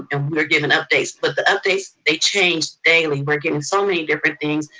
um and we are given updates. but the updates, they change daily. we're getting so many different things,